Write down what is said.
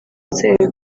nzego